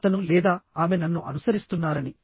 అతను లేదా ఆమె నన్ను అనుసరిస్తున్నారని